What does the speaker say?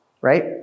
right